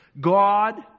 God